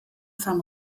van